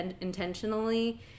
intentionally